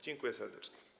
Dziękuję serdecznie.